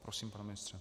Prosím, pane ministře.